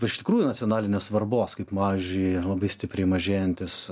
iš tikrųjų nacionalinės svarbos kaip pavyzdžiui labai stipriai mažėjantis